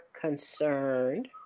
concerned